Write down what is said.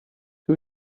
two